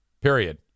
period